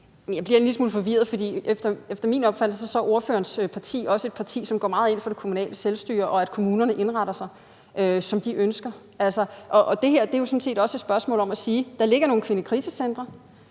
Jeg bliver en lille smule forvirret, for efter min opfattelse er ordførerens parti også et parti, som går meget ind for det kommunale selvstyre, og at kommunerne indretter sig, som de ønsker. Og det her er jo også et spørgsmål om at sige: Der ligger nogle kvindekrisecentrene,